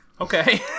Okay